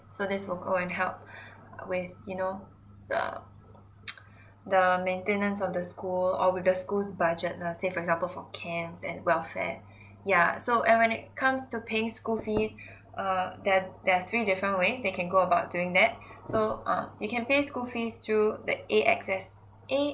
so this will go and help with you know the the maintenance of the school or with the schools budget lah say for example for camp and welfare yeah so when it comes to paying school fees err there are there are three different ways they can go about doing that so um you can pay school fees through the A S X A